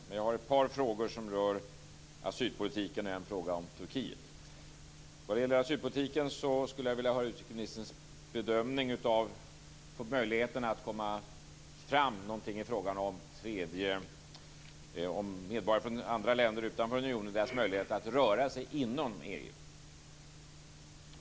Men jag har ett par frågor som rör asylpolitiken och en fråga om Vad gäller asylpolitiken skulle jag vilja höra utrikesministerns bedömning av om man nått fram till något i fråga om möjligheterna för medborgare från andra länder, utanför unionen, att röra sig inom EU.